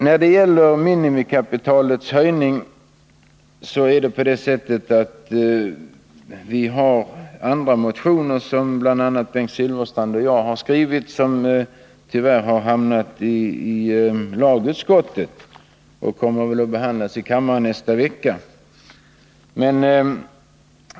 När det gäller frågan om en höjning av minimikapitalet för aktiebolag har Bengt Silfverstrand och jag väckt en motion som tyvärr har hamnat i lagutskottet och förmodligen kommer att behandlas i kammaren nästa vecka.